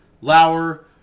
Lauer